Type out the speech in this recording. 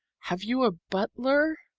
have you a butler?